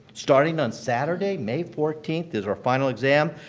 starting on saturday, may fourteenth, is our final exam.